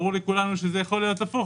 ברור לכולנו שזה יכול להיות הפוך,